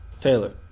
Taylor